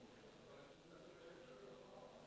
הייתי הבוקר בכנס שדרות לחברה.